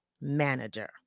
manager